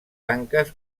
tanques